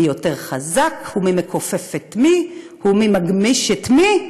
מי יותר חזק ומי מכופף את מי ומי מגמיש את מי,